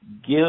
give